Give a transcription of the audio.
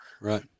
Right